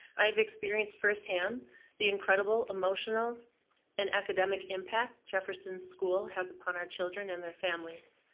i have experienced firsthand the incredible emotional and academic impact jefferson school has upon our children and their families.